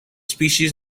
species